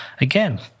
again